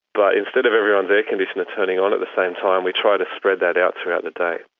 but instead of everyone's air-conditioner turning on at the same time, we try to spread that out throughout the day.